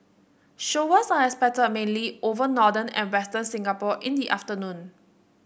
showers are expected mainly over northern and western Singapore in the afternoon